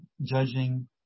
judging